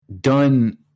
done